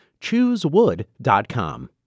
Choosewood.com